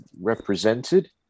represented